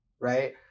right